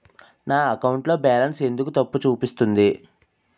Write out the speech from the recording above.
నా అకౌంట్ లో బాలన్స్ ఎందుకు తప్పు చూపిస్తుంది?